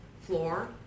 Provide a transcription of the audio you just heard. floor